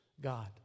God